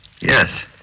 Yes